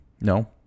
No